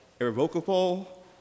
irrevocable